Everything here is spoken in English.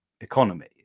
economy